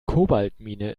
kobaltmine